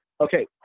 Okay